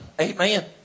Amen